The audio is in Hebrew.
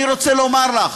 אני רוצה לומר לך,